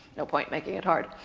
no point making it hard.